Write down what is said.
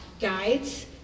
guides